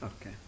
Okay